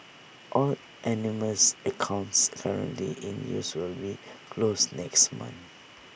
all anonymous accounts currently in use will be closed next month